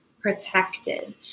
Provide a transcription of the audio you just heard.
protected